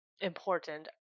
important